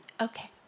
Okay